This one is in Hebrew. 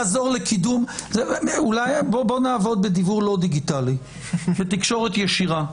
בואו נעבוד בדיוור לא דיגיטלי, בתקשורת ישירה.